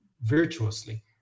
Virtuously